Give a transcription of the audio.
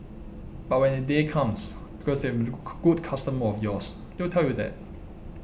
but when that day comes because they have been a good customer of yours they will tell you that